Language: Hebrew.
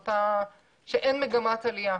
שאין מגמת עלייה.